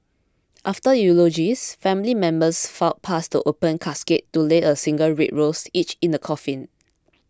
after eulogies family members filed past the open casket to lay a single red rose each in the coffin